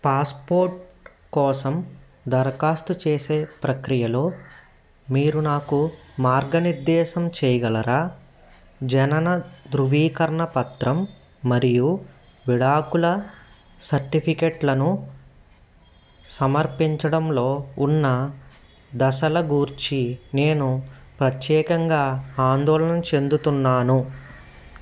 passport కోసం దరఖాస్తు చేసే ప్రక్రియలో మీరు నాకు మార్గనిర్దేశం చేయగలరా జనన ధృవీకరణ పత్రం మరియు విడాకుల సర్టిఫికెట్లను సమర్పించడంలో ఉన్న దశల గూర్చి నేను ప్రత్యేకంగా ఆందోళనన చెందుతున్నాను